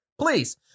Please